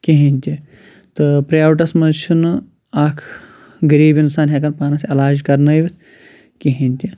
کِہیٖنۍ تہِ تہٕ پرٛایوٹَس منٛز چھُنہٕ اَکھ غریٖب اِنسان ہیٚکان پانَس علاج کَرٕنٲوِتھ کِہیٖنۍ تہِ